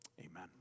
Amen